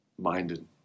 Minded